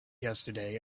yesterday